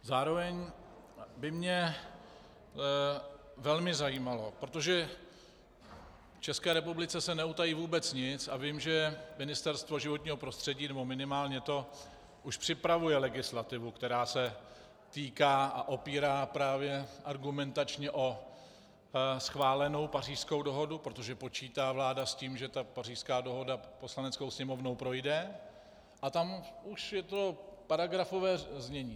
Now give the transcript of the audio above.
Zároveň by mě velmi zajímalo, protože v České republice se neutají vůbec nic a vím, že Ministerstvo životního prostředí, nebo minimálně to, už připravuje legislativu, která se týká a opírá právě argumentačně o schválenou Pařížskou dohodu, protože vláda počítá s tím, že Pařížská dohoda Poslaneckou sněmovnou projde, a tam už je to paragrafové znění.